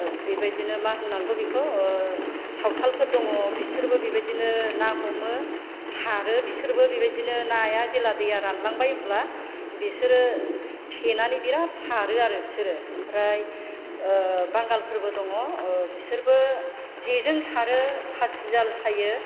बेबायदिनो मा होननांगौ बेखौ सावथालफोर दङ बिसोरबो बेबायदिनो ना हमो सारो बिसोरबो बेबायदिनो नाया जेला दैआ रानलांबाय होमब्ला बिसोरो थेनानै बिराद सारो आरो बिसोरो आमफ्राय बांगालफोरबो दङ बिसोरबो जेजों सारो फासिजाल सायो